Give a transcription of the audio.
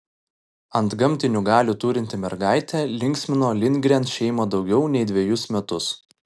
antgamtinių galių turinti mergaitė linksmino lindgren šeimą daugiau nei dvejus metus